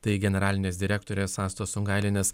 tai generalinės direktorės astos sungailienės